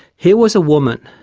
here was a woman,